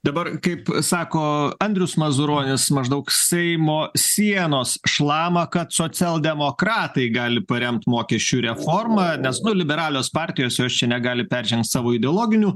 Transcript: dabar kaip sako andrius mazuronis maždaug seimo sienos šlama kad socialdemokratai gali paremt mokesčių reformą nes nu liberalios partijos jos čia negali peržengt savo ideologinių